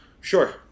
Sure